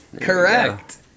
Correct